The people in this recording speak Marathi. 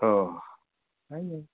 हो हो काही नाही